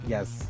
Yes